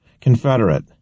Confederate